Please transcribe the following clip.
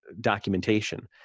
documentation